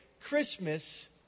Christmas